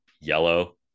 yellow